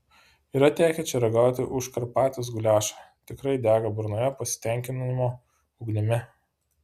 yra tekę čia ragauti užkarpatės guliašą tikrai dega burnoje pasitenkinimo ugnimi